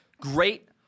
great